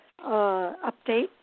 update